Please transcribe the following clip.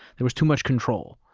there was too much control,